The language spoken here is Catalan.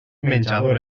menjador